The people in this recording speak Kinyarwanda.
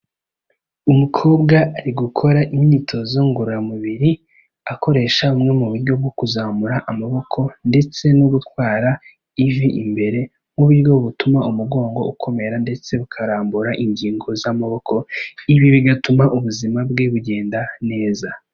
Umukobwa ari gukora imyitozo ngororamubiri akoresha bumwe mu buryo bwo kuzamura amaboko ndetse no gutwara ivi imbere, nk'uburyo butuma umugongo ukomera ndetse ukarambura ingingo z'amaboko, ibi bigatuma ubuzima bwe bugenda neza.